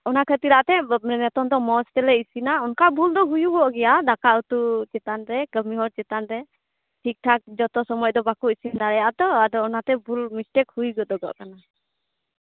ᱚᱱᱟ ᱠᱷᱟᱹᱛᱤᱨ ᱟᱯᱮ ᱱᱤᱛᱚᱝ ᱫᱚ ᱢᱚᱡᱽ ᱛᱮᱞᱮ ᱤᱥᱤᱱᱟ ᱚᱱᱠᱟ ᱵᱷᱩᱞ ᱫᱚ ᱦᱩᱭᱩᱜᱚᱜ ᱜᱮᱭᱟ ᱫᱟᱠᱟ ᱩᱛᱩ ᱪᱮᱛᱟᱱᱨᱮ ᱠᱟᱹᱢᱤ ᱦᱚᱲ ᱪᱮᱛᱟᱱ ᱨᱮ ᱴᱷᱤᱠ ᱴᱷᱟᱠ ᱡᱚᱛᱚ ᱥᱚᱢᱚᱭ ᱫᱚ ᱵᱟᱠᱚ ᱤᱥᱤᱱ ᱫᱟᱲᱮᱭᱟᱜᱼᱟ ᱛᱚ ᱟᱫᱚ ᱚᱱᱟᱛᱮ ᱵᱷᱩᱞ ᱢᱤᱥᱴᱮᱠ ᱦᱩᱭ ᱜᱚᱫᱚᱜᱚᱜ ᱠᱟᱱᱟ